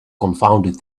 confounded